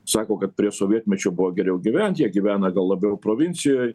sako kad prie sovietmečio buvo geriau gyvent jie gyvena gal labiau provincijoj